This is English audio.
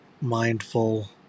mindful